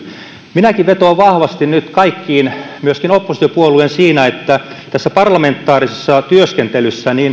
minäkin vetoan vahvasti nyt kaikkiin myöskin oppositiopuolueisiin siinä että tässä parlamentaarisessa työskentelyssä